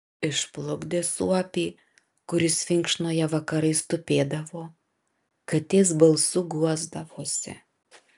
išplukdė suopį kuris vinkšnoje vakarais tupėdavo katės balsu guosdavosi